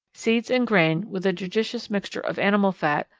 seeds and grain, with a judicious mixture of animal fat,